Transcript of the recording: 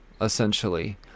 Essentially